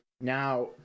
Now